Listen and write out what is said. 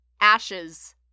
ashes